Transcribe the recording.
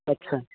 अच्छा